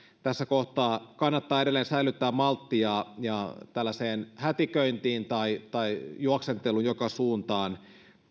tässä kohtaa kannattaa edelleen säilyttää maltti ja ja tällaiseen hätiköintiin tai tai juoksenteluun joka suuntaan